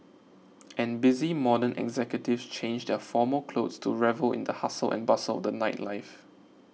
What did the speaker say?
and busy modern executives change their formal clothes to revel in the hustle and bustle of the nightlife